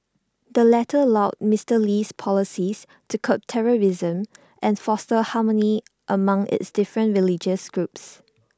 the latter lauded Mister Lee's policies to curb terrorism and foster harmony among its different religious groups